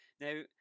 Now